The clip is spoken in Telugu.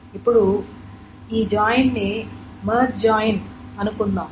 ఇప్పుడు ఈ జాయిన్ ని మెర్జ్ జాయిన్ అనుకుందాం